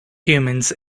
humans